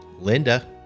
Linda